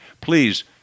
Please